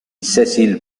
cecil